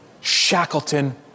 Shackleton